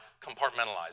compartmentalized